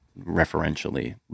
referentially